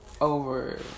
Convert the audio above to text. over